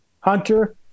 hunter